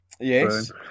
Yes